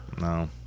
No